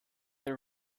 the